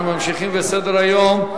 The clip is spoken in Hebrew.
אנחנו ממשיכים בסדר-היום,